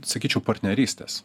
sakyčiau partnerystės